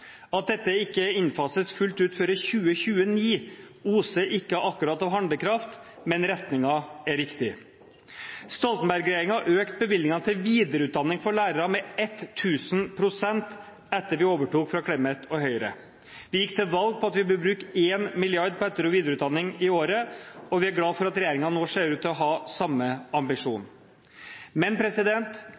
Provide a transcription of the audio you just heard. At dette ikke innfases fullt ut før i 2029, oser ikke akkurat av handlekraft, men retningen er riktig. Stoltenberg-regjeringen økte bevilgningene til videreutdanning for lærere med 1 000 pst. etter at vi overtok etter Clemet og Høyre. Vi gikk til valg på at vi ville bruke 1 mrd. kr på etter- og videreutdanning i året, og vi er glad for at regjeringen nå ser ut til å ha samme ambisjon. Men